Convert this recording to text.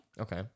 Okay